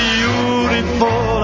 beautiful